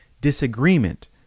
disagreement